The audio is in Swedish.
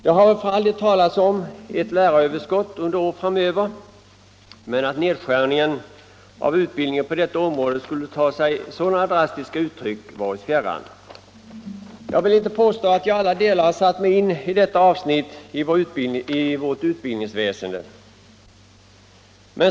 Det har väl för all del talats om ett läraröverskott under år framöver, men att nedskärningen av utbildningen på detta område skulle ta sig sådana drastiska uttryck var oss fjärran. Jag vill inte påstå att jag i alla delar satt mig in i detta avsnitt av vårt utbildningsväsende.